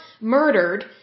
murdered